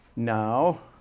now,